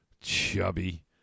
Chubby